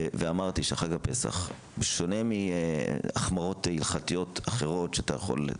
ואמרתי שחג הפסח שונה מהחמרות הלכתיות אחרות שאתה יכול,